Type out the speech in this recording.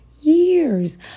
years